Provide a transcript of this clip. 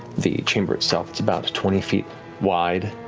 the chamber itself, it's about twenty feet wide.